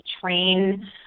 train